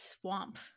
swamp